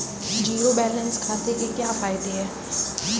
Zero balance खाते के क्या फायदे हैं?